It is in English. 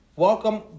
Welcome